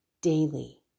daily